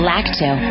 Lacto